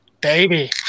Baby